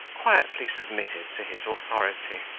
quietly submitted to his authority.